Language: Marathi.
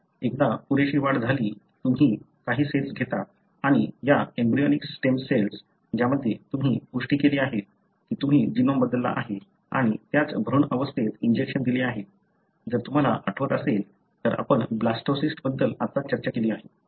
एकदा पुरेशी वाढ झाली की तुम्ही काही सेल घेता या एम्ब्रियोनिक स्टेम सेल्स ज्यामध्ये तुम्ही पुष्टी केली आहे की तुम्ही जीनोम बदलला आहे आणि त्याच भ्रूण अवस्थेत इंजेक्शन दिले आहे जर तुम्हाला आठवत असेल तर आपण ब्लास्टोसिस्ट बद्दल आत्ताच चर्चा केली आहे